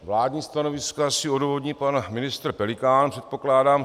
Vládní stanovisko asi odůvodní pan ministr Pelikán, předpokládám.